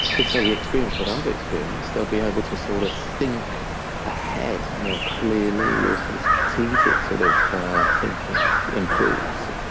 if they experience what i've experienced, they'll be able to sort of think ahead more clearly. you're sort of strategic sort of thinking improves.